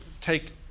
take